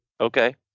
Okay